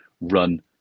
run